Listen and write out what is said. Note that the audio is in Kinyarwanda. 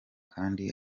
kandi